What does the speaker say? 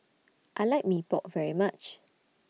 I like Mee Pok very much